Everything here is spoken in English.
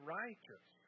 righteous